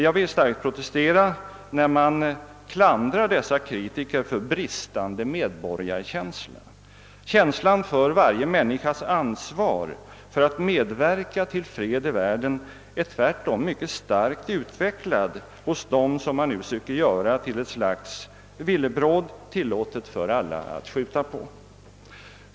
Jag vill starkt protestera när man klandrar dessa kritiker för bristande medborgarkänsla; känslan för varje människas ansvar för att medverka till fred i världen är tvärtom mycket starkt utvecklad hos dem som man nu söker göra till ett slags villebråd, tillåtet för alla att skjuta på.